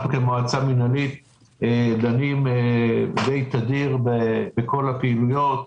אנחנו כמועצה מינהלית דנים באופן תדיר בכל הפעילויות,